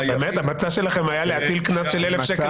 המצע שלכם היה להטיל קנס של 1,000 שקל